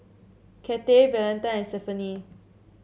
Cathey Valentine and Stephenie